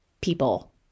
people